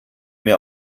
mir